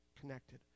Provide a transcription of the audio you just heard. connected